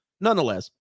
Nonetheless